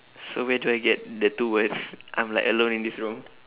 so where do I get the two word I'm like alone in this room